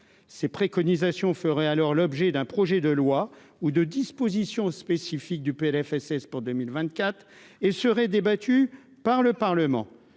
ces préconisations ferait alors l'objet d'un projet de loi ou de dispositions spécifiques du Plfss pour 2000 vingt-quatre et serait débattu par le Parlement